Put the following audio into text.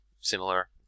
similar